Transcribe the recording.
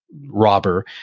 robber